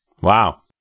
Wow